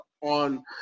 on